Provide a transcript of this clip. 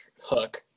hook